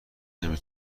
نمی